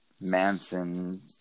Manson